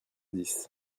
dix